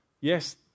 yes